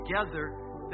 together